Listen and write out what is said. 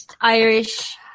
Irish